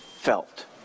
felt